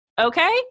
Okay